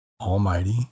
almighty